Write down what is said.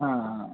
हां